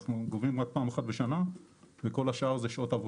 אנחנו גובים רק פעם אחת בשנה וכל השאר זה שעות עבודה.